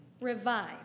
Revive